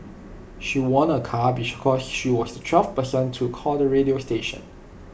she won A car because she was the twelfth person to call the radio station